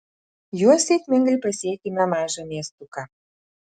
juo sėkmingai pasiekėme mažą miestuką